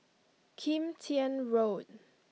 Kim Tian Road